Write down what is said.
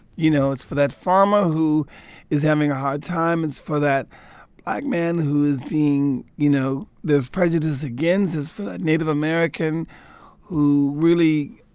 you know, it's for that farmer who is having a hard time. it's for that black man who is being you know, there's prejudice against. it's for that native american who really,